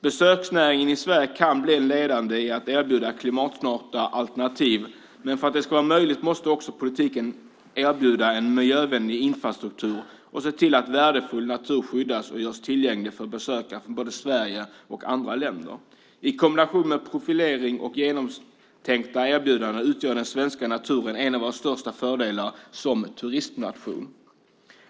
Besöksnäringen i Sverige kan bli ledande i att erbjuda klimatsmarta alternativ, men för att det ska vara möjligt måste politiken erbjuda en miljövänlig infrastruktur och se till att värdefull natur skyddas och görs tillgänglig för besökare från både Sverige och andra länder. I kombination med profilering och genomtänkta erbjudanden utgör den svenska naturen en av våra största fördelar som turistnation.